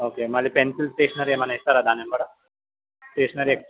okay మళ్ళీ pencil stationery ఏమి అన్న ఇస్తారా దాని ఎంబడా స్టేషనరీ ఎక్సట్రా